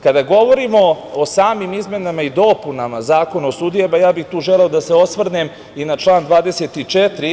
Kada govorimo o samim izmenama i dopunama Zakona o sudijama, tu bih želeo da se osvrnem i na član 24.